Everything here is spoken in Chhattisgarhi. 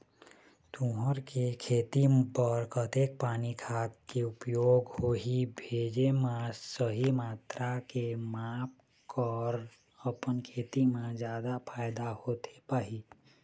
तुंहर के खेती बर कतेक पानी खाद के उपयोग होही भेजे मा सही मात्रा के माप कर अपन खेती मा जादा फायदा होथे पाही?